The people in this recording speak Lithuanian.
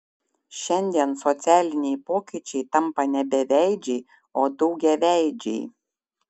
šiandien socialiniai pokyčiai tampa ne beveidžiai o daugiaveidžiai